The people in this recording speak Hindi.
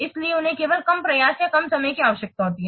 इसलिए उन्हें केवल कम प्रयास या कम समय की आवश्यकता होती है